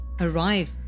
arrive